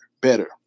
better